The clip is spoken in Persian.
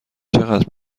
چقدر